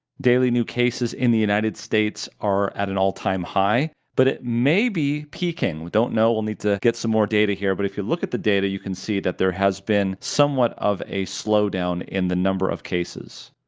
daily new cases in the united states are at an all time high. but it may be peaking. we don't know, need to get some more data here. but if you look at the data you can see that there has been somewhat of a slowdown in the number of cases.